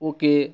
ওকে